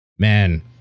Man